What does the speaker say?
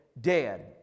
dead